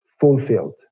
fulfilled